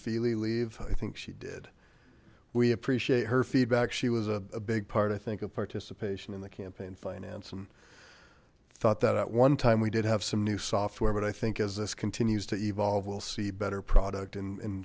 feely leave i think she did we appreciate her feedback she was a big part i think of participation in the campaign finance and thought that at one time we did have some new software but i think as this continues to evolve we'll see better product and and